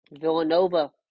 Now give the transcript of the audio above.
Villanova